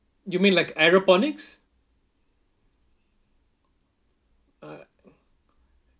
you mean like aeroponics uh